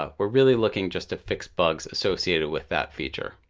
ah we're really looking just to fix bugs associated with that feature.